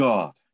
God